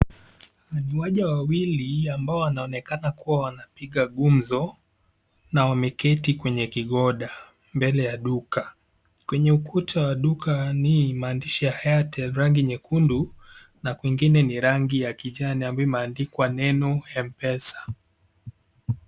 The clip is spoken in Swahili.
Ni waja wawili ambao wanaonekana kuwa wanapiga gumzo na wameketi kwenye kigoda mbele ya duka. Kwenye ukuta wa duka ni maandishi ya Airtel rangi nyekundu na kwingine ni rangi ya kijani ambayo imeandikwa neno Mpesa.